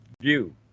view